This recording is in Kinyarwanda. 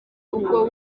ubwo